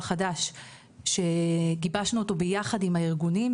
חדש שגיבשנו אותו ביחד עם הארגונים,